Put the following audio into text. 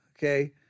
Okay